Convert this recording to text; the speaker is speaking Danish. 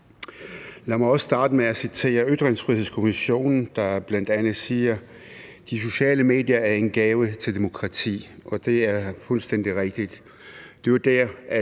Lad mig også starte med at citere Ytringsfrihedskommissionen, der bl.a. siger: De sociale medier er en gave til demokrati. Og det er fuldstændig rigtigt.